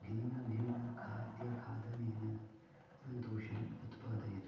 भिन्नभिन्नानां खाद्यानां खादनेन सन्तोषम् उत्पादयति